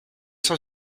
cent